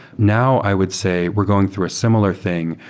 now i would say we're going through a similar thing,